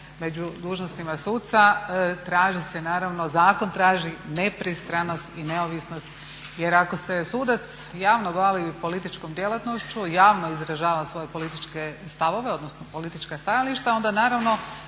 među dužnostima suca traži se, naravno zakon traži nepristranost i neovisnost. Jer ako se sudac javno bavi političkom djelatnošću i javno izražava svoje političke stavove, odnosno politička stajališta onda naravno